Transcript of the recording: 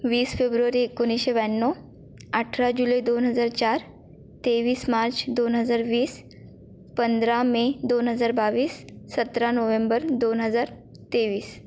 वीस फेब्रुवारी एकोणीसशे ब्याण्णव अठरा जुलै दोन हजार चार तेवीस मार्च दोन हजार वीस पंधरा मे दोन हजार बावीस सतरा नोव्हेंबर दोन हजार तेवीस